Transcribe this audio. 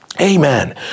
Amen